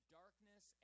darkness